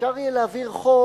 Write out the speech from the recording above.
שאפשר יהיה להעביר חוק